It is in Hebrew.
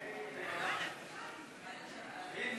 עד